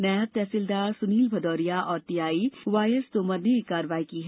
नायब तहसीलदार सुनील भदौरिया और टीआई वायएस तोमर ने यह कार्यवाही की गई